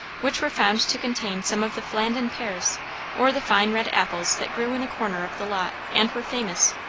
which were found to contain some of the flandin pears or the fine red apples that grew in a corner of the lot, and were famous.